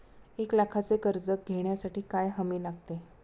एक लाखाचे कर्ज घेण्यासाठी काय हमी लागते?